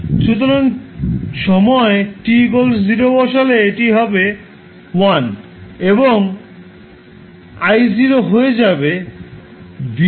সুতরাং সময় t 0 বসালে এটি হবে 1 এবং I0 হয়ে যাবে VSR A